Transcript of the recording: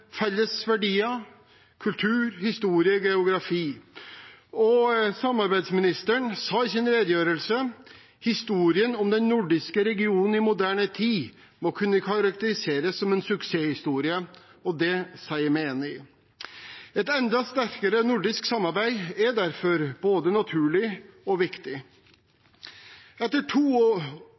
kultur, historie og geografi. Samarbeidsministeren sa i sin redegjørelse: «Historien om den nordiske regionen i moderne tid må kunne karakteriseres som en suksesshistorie.» Det sier jeg meg enig i. Et enda sterkere nordisk samarbeid er derfor både naturlig og viktig. Etter to utfordrende år